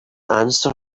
answer